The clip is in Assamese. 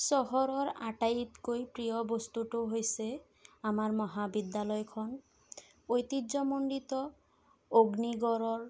চহৰৰ আটাইঅতকৈ প্ৰিয় বস্তুটো হৈছে আমাৰ মহাবিদ্যালয়খন ঐতিহ্যমণ্ডিত অগ্নিগড়ৰৰ